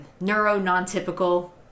neuro-non-typical